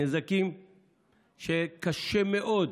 נזקים שקשה מאוד,